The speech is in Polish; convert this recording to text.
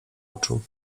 oczu